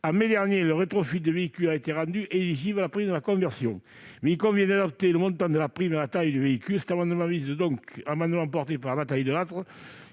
En mai dernier, le rétrofit de véhicules a été rendu éligible à la prime à la conversion. Mais il convient d'adapter le montant de la prime à la taille du véhicule. Cet amendement, porté par Nathalie Delattre,